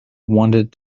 wanted